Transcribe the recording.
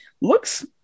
Looks